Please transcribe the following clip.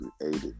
created